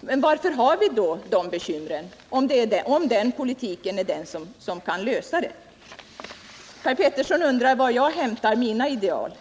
Varför har vi då de bekymren om den politiken är den som kan lösa dem? Per Petersson undrar var jag hämtar mina ideal.